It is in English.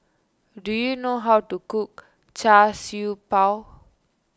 do you know how to cook Char Siew Bao